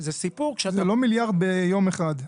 זה לא מיליארד ביום אחד,